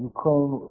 Ukraine